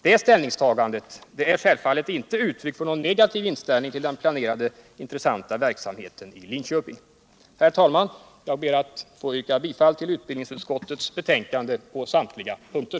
Det ställningstagandet är självfallet inte uttryck för någon negativ inställning till den planerade intressanta verksamheten i Linköping. Herr talman! Jag ber att få yrka bifall till utbildningsutskottets hemställan på samtliga punkter.